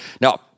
Now